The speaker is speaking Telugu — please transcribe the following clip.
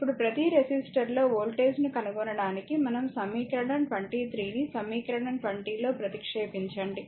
ఇప్పుడు ప్రతి రెసిస్టర్లో వోల్టేజ్ను కనుగొనడానికి మనం సమీకరణం 23 ని సమీకరణం 20 లో ప్రతిక్షేపించండి